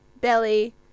belly